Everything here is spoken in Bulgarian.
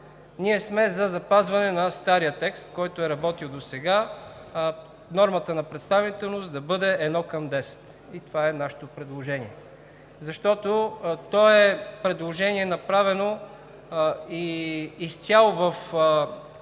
Ние сме за запазване на стария текст, който е работил досега, а нормата на представителност да бъде едно към десет и това е нашето предложение. Защото то е предложение, направено и изцяло в